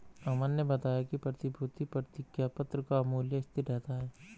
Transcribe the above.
अमन ने बताया कि प्रतिभूति प्रतिज्ञापत्र का मूल्य स्थिर रहता है